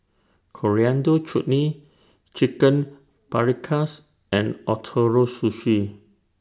Coriander Chutney Chicken Paprikas and Ootoro Sushi